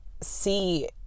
see